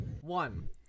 One